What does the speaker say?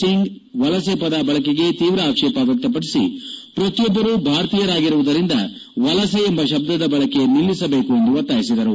ಸಿಂಗ್ ವಲಸೆ ವದ ಬಳಕೆಗೆ ತೀವ್ರ ಆಕ್ಷೇಪ ವ್ಯಕ್ತಪಡಿಸಿ ಪ್ರತಿಯೊಬ್ಬರು ಭಾರತೀಯರಾಗಿರುವುದರಿಂದ ವಲಸೆ ಎಂಬ ಶಬ್ದದ ಬಳಕೆ ನಿಲ್ಲಿಸಬೇಕು ಎಂದು ಒತ್ತಾಯಿಸಿದರು